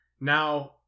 Now –